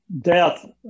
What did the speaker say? death